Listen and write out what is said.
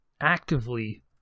actively